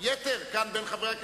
כשהממשלה אומרת,